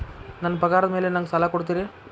ನನ್ನ ಪಗಾರದ್ ಮೇಲೆ ನಂಗ ಸಾಲ ಕೊಡ್ತೇರಿ?